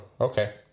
okay